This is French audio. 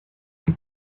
vous